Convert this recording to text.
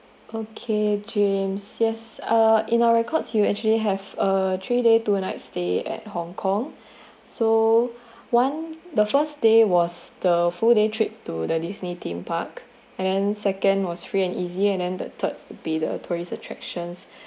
okay james yes uh in our records you actually have a three day two night stay at hong kong so one the first day was the full day trip to the Disney theme park and second was free and easy and and the third bit uh the tourist attractions